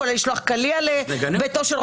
כולל לשלוח קליע לביתו של ראש ממשלה.